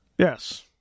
Yes